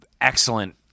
Excellent